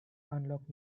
unlock